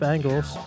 Angles